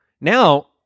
Now